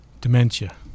Dementia